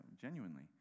genuinely